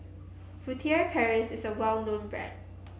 Furtere Paris is a well known brand